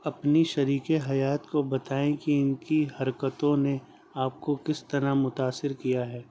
اپنی شریک حیات کو بتائیں کہ ان کی حرکتوں نے آپ کو کس طرح متاثر کیا ہے